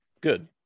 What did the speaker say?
Good